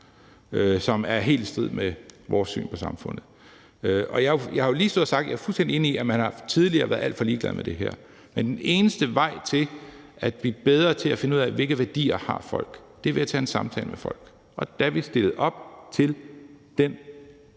som er helt i strid med vores syn på samfundet. Og jeg har lige stået og sagt, at jeg er fuldstændig enig i, at man tidligere har været alt for ligeglad med det her. Men den eneste vej til at blive bedre til at finde ud af, hvilke værdier folk har, er at tage en samtale med folk, og da vi stillede op til den